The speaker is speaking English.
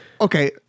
okay